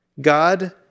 God